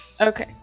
Okay